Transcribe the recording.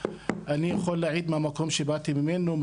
אני יכול להעיד מהמקום שבאתי ממנו,